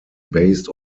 based